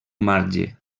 marge